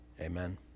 Amen